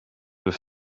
with